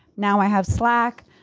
now i have slack